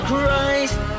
Christ